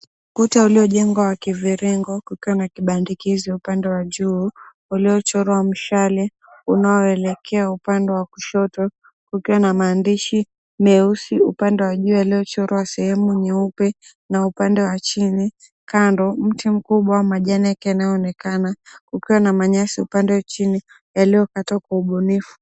Ukuta uliojengwa wa kiviringo kukiwa kibandikizi upande wa juu uliochorwa mshale unaoelekea upande wa kushoto. Kukiwa na maandishi meusi upande wa juu yaliyochorwa sehemu nyeupe na upande wa chini. Kando, mti mkubwa wa majani yake yakiwa yanaonekana, kukiwa na manyasi upande chini yaliyokatwa kwa ubunifu.